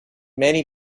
many